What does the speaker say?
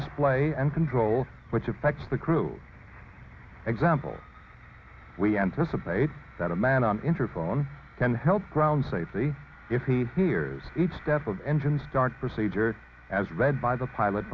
this play and control which affects the crew example we anticipate that a man on interferon can help ground safety if he hears each step of engine start procedure as read by the pilot